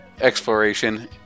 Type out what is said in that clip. exploration